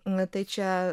na tai čia